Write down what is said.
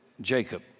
Jacob